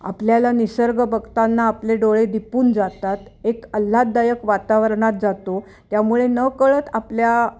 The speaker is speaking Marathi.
आपल्याला निसर्ग बघताना आपले डोळे दीपून जातात एक आल्हाददायक वातावरणात जातो त्यामुळे नकळत आपल्या